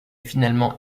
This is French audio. finalement